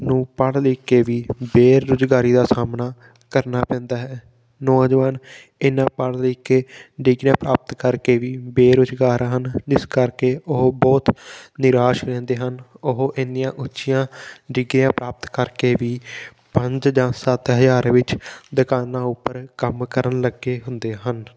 ਨੂੰ ਪੜ੍ਹ ਲਿਖ ਕੇ ਵੀ ਬੇਰੁਜ਼ਗਾਰੀ ਦਾ ਸਾਹਮਣਾ ਕਰਨਾ ਪੈਂਦਾ ਹੈ ਨੌਜਵਾਨ ਇਨਾਂ ਪੜ੍ਹ ਲਿਖ ਕੇ ਡਿਗਰੀਆਂ ਪ੍ਰਾਪਤ ਕਰਕੇ ਵੀ ਬੇਰੁਜ਼ਗਾਰ ਹਨ ਜਿਸ ਕਰਕੇ ਉਹ ਬਹੁਤ ਨਿਰਾਸ਼ ਰਹਿੰਦੇ ਹਨ ਉਹ ਇੰਨੀਆਂ ਉੱਚੀਆਂ ਡਿਗਰੀਆਂ ਪ੍ਰਾਪਤ ਕਰਕੇ ਵੀ ਪੰਜ ਜਾਂ ਸੱਤ ਹਜ਼ਾਰ ਵਿੱਚ ਦੁਕਾਨਾਂ ਉੱਪਰ ਕੰਮ ਕਰਨ ਲੱਗੇ ਹੁੰਦੇ ਹਨ